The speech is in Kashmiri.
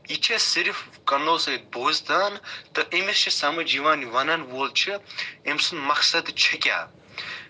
یہِ چھِ صرف کَنو سۭتۍ بوزتن تہٕ أمِس چھُ سَمجھ یِوان یہِ وَنن وول چھُ أمۍ سُند مقصد چھُ کیاہ